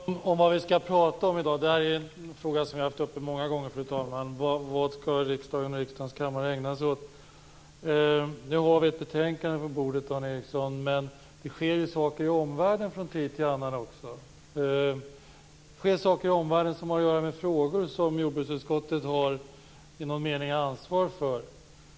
Fru talman! Först vill jag ta upp frågan om vad vi skall prata om i dag. Det är en fråga som vi har haft uppe många gånger, fru talman. Vad skall riksdagen och riksdagens kammare ägna sig åt? Nu har vi ett betänkande på bordet, Dan Ericsson, men det sker ju också saker i omvärlden från tid till annan. Det sker saker i omvärlden som har att göra med frågor som jordbruksutskottet i någon mening har ansvar för.